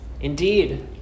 Indeed